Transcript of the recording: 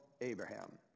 Abraham